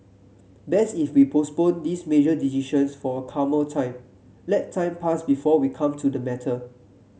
best if we postponed this major decisions for a calmer time let time pass before we come to the matter